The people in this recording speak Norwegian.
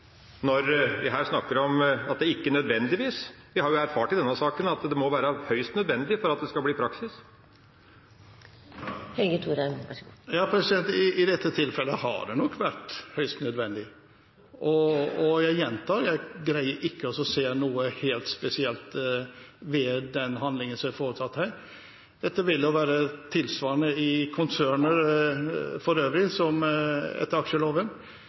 snakker om at en «ikke nødvendigvis»? Vi har jo erfart i denne saken at det må være høyst nødvendig for at det skal bli praksis. I dette tilfellet har det nok vært høyst nødvendig, og jeg gjentar: Jeg greier ikke å se noe helt spesielt ved den handlingen som er foretatt her. Dette vil jo være tilsvarende i konserner for øvrig, etter aksjeloven.